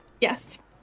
Yes